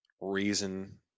reason